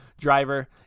driver